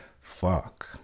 Fuck